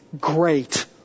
great